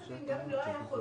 גם אם לא היה חוזה,